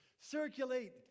Circulate